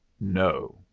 No